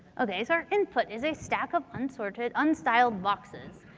okay. so, our input is a stack of unsorted, unstyled boxes.